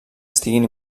estiguin